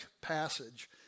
passage